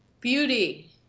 Beauty